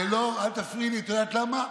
אל תפריעי לי, את יודעת למה?